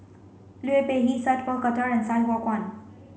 Liu Peihe Sat Pal Khattar and Sai Hua Kuan